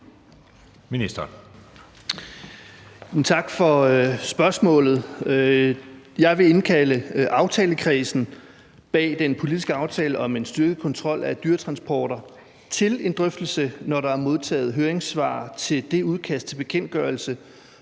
Tak for spørgsmålet. Jeg vil indkalde aftalekredsen bag den politiske aftale om en styrket kontrol af dyretransporter til en drøftelse, når der er modtaget høringssvar til det udkast til bekendtgørelse,